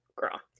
girl